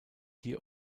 hier